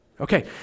Okay